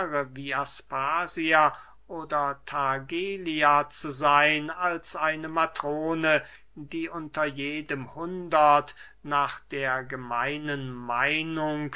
aspasia oder thargelia zu seyn als eine matrone wie unter jedem hundert nach der gemeinen meinung